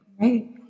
Right